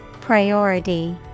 Priority